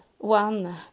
one